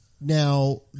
Now